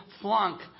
flunk